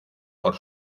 por